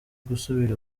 gusubira